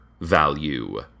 value